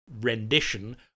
rendition